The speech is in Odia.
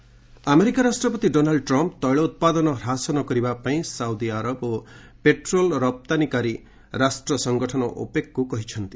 ଟ୍ରମ୍ ଓପେକ୍ ଆମେରିକା ରାଷ୍ଟ୍ରପତି ଡୋନାଲଡ୍ ଟ୍ରମ୍ପ୍ ତୈଳ ଉତ୍ପାଦନ ହ୍ରାସ ନ କରିବା ପାଇଁ ସାଉଦି ଆରବ ଓ ପେଟ୍ରୋଲ୍ ରପ୍ତାନୀକାରୀ ରାଷ୍ଟ୍ର ସଂଗଠନ ଓପେକ୍କୁ କହିଛନ୍ତି